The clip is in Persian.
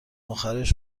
آخرش